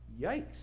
Yikes